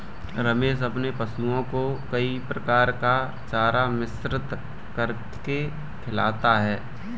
रमेश अपने पशुओं को कई प्रकार का चारा मिश्रित करके खिलाता है